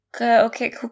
Okay